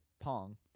pong